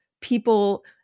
people